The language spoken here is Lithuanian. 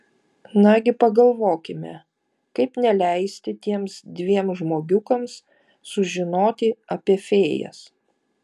nagi pagalvokime kaip neleisti tiems dviem žmogiukams sužinoti apie fėjas